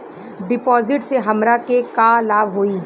डिपाजिटसे हमरा के का लाभ होई?